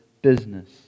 Business